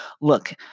Look